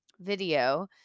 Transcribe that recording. video